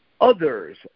others